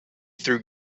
through